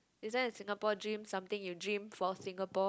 is there a Singapore dream something you dream for Singapore